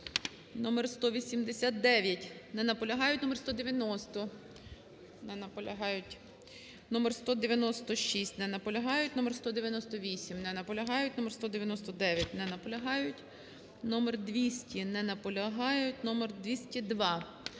Номер 189. Не наполягають. Номер 190. Не наполягають. Номер 196. Не наполягають. Номер 198. Не наполягають. Номер 199. Не наполягають. Номер 200. Не наполягають. Номер 202. Не наполягають.